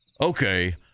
Okay